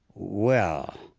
well,